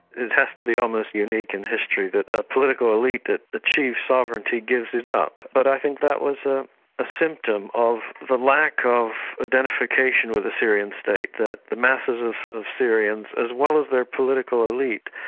it has to be almost unique in history that a political elite that achieved sovereignty gives it up. but i think that was ah a symptom of the lack of identification with the syrian state, that the masses of of syrians, as well as their political elite,